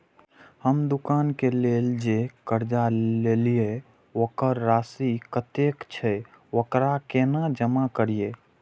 हम दुकान के लेल जे कर्जा लेलिए वकर राशि कतेक छे वकरा केना जमा करिए?